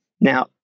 Now